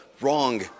wrong